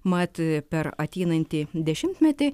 mat per ateinantį dešimtmetį